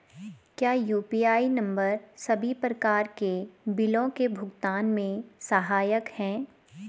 क्या UPI number सभी प्रकार के बिलों के भुगतान में सहायक हैं?